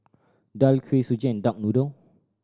daal Kuih Suji and duck noodle